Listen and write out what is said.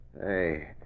Hey